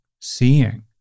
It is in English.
seeing